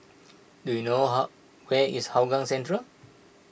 do you know how where is Hougang Central